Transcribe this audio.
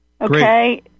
Okay